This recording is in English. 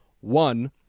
one